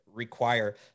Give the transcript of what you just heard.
require